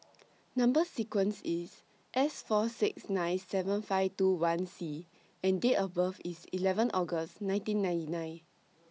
Number sequence IS S four six nine seven five two one C and Date of birth IS eleven August nineteen ninety nine